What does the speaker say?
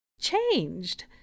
changed